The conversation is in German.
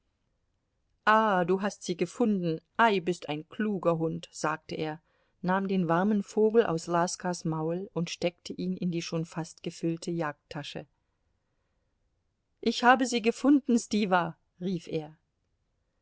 ah hast sie gefunden ei bist ein kluger hund sagte er nahm den warmen vogel aus laskas maul und steckte ihn in die schon fast gefüllte jagdtasche ich habe sie gefunden stiwa rief er